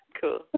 Cool